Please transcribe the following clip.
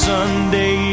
Sunday